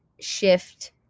shift